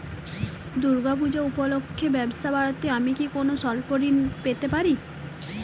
দূর্গা পূজা উপলক্ষে ব্যবসা বাড়াতে আমি কি কোনো স্বল্প ঋণ পেতে পারি?